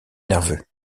nerveux